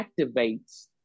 activates